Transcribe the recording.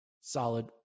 solid